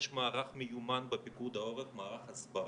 יש מערך מיומן בפיקוד העורף, מערך הסברה.